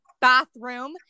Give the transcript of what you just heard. bathroom